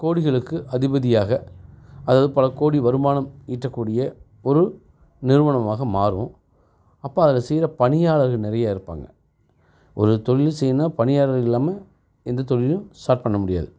கோடிகளுக்கு அதிபதியாக அதாவது பல கோடி வருமானம் ஈற்றக்கூடிய பொருள் நிறுவனமாக மாறும் அப்போ அதில் செய்கிற பணியாளர்கள் நிறைய இருப்பாங்க ஒரு தொழில் செய்யணுன்னா பணியாளர்கள் இல்லாமல் எந்த தொழிலும் ஸ்டார்ட் பண்ண முடியாது